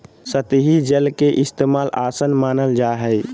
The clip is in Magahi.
सतही जल के इस्तेमाल, आसान मानल जा हय